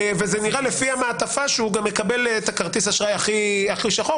וזה נראה לפי המעטפה שהוא גם מקבל את כרטיס האשראי הכי שחור,